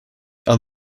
are